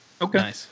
Okay